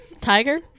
tiger